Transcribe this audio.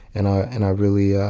and i and i really, ah